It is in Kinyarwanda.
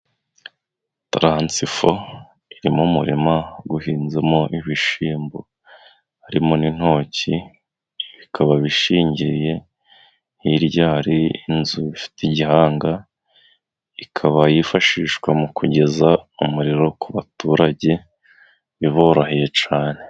Taransifo iri mu murima uhinzemo ibishyimbo, harimo n'intoki, bikaba bishingiye, hirya hari inzu ifite igihanga, ikaba yifashishwa mu kugeza umuriro ku baturage biboroheye cyane.